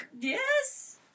Yes